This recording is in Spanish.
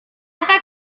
tapa